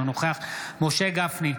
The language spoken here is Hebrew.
אינו נוכח משה גפני,